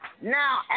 Now